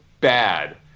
bad